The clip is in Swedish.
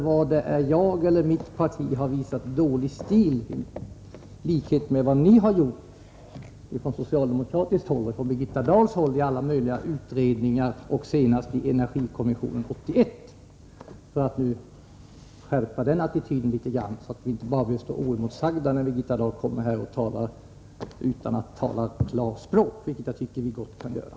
Tala om på vilket sätt jag eller mitt parti visat dåligt stil. Tänk på vad ni från socialdemokratiskt håll har gjort — det gäller också Birgitta Dahls agerande i alla möjliga utredningar och senast i energikommittén 1981. Jag säger detta för att skärpa attityden litet grand, så att påståenden inte bara står oemotsagda. Birgitta Dahl talar ju inte klarspråk, vilket jag tycker att vi gott kunde göra.